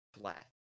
flat